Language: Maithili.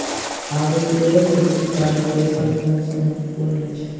आड़ूक लेल कृषि कार्य के संग मौसम महत्वपूर्ण अछि